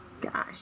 guy